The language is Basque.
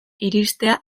iristea